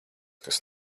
kas